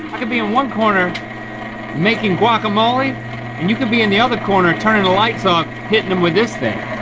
could be in one corner making guacamole and you could be in the other corner turning the lights off, hitting em with this thing.